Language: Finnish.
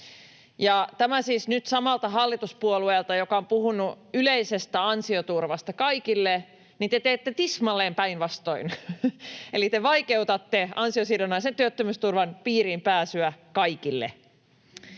tämä siis nyt samalta hallituspuolueelta, joka on puhunut yleisestä ansioturvasta kaikille. Te teette tismalleen päinvastoin eli te vaikeutatte ansiosidonnaisen työttömyysturvan piiriin pääsyä kaikille.